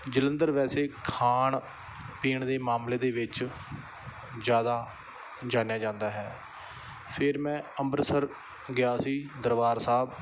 ਜਲੰਧਰ ਵੈਸੇ ਖਾਣ ਪੀਣ ਦੇ ਮਾਮਲੇ ਦੇ ਵਿੱਚ ਜ਼ਿਆਦਾ ਜਾਣਿਆ ਜਾਂਦਾ ਹੈ ਫਿਰ ਮੈਂ ਅੰਮ੍ਰਿਤਸਰ ਗਿਆ ਸੀ ਦਰਬਾਰ ਸਾਹਿਬ